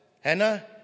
Hannah